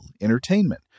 entertainment